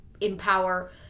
empower